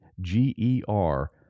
G-E-R